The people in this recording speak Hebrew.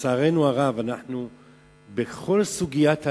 לצערנו הרב, בכל סוגיית האלימות,